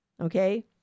Okay